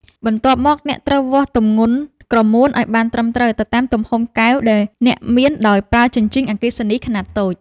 បន្ទាប់មក អ្នកត្រូវវាស់ទម្ងន់ក្រមួនឱ្យបានត្រឹមត្រូវទៅតាមទំហំកែវដែលអ្នកមាន ដោយប្រើជញ្ជីងអគ្គិសនីខ្នាតតូច។